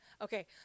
okay